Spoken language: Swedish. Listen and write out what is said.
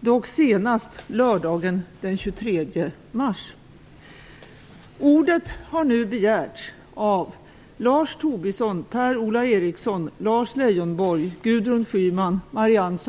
dock senast lördagen den 23 mars.